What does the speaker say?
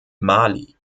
mali